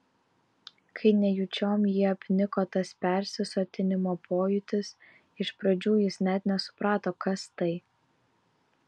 kai nejučiom jį apniko tas persisotinimo pojūtis iš pradžių jis net nesuprato kas tai